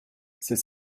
c’est